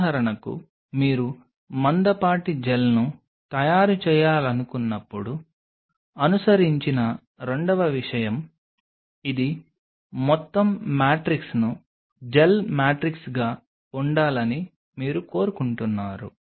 ఉదాహరణకు మీరు మందపాటి జెల్ను తయారు చేయాలనుకున్నప్పుడు అనుసరించిన రెండవ విషయం ఇది మొత్తం మ్యాట్రిక్స్ను జెల్ మ్యాట్రిక్స్గా ఉండాలని మీరు కోరుకుంటున్నారు